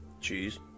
Cheese